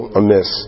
amiss